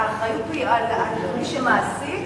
האחריות היא על מי שמעסיק,